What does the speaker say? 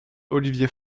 olivier